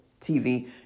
TV